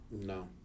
no